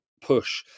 push